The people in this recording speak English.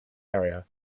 area